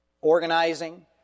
organizing